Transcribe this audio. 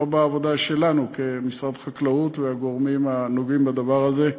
בעבודה שלנו כמשרד החקלאות והגורמים הנוגעים בדבר הזה.